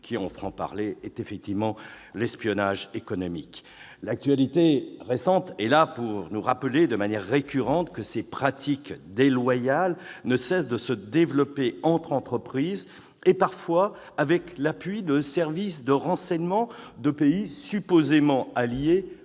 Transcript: parler franc, signifie ni plus ni moins l'espionnage économique. L'actualité récente est là pour nous rappeler de manière récurrente que ces pratiques déloyales ne cessent de se développer entre entreprises, parfois avec l'appui de services de renseignement de pays supposément alliés,